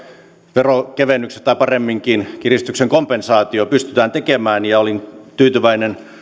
verokevennykset tai paremminkin kiristyksen kompensaatio pystytään tekemään ja olin tyytyväinen